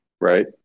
Right